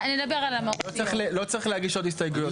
לא צריך לא צריך להגיש עוד הסתייגויות.